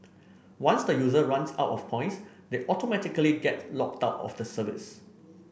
once the user runs out of points they automatically get locked out of the service